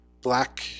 black